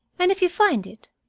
and if you find it?